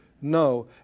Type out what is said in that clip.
No